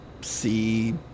see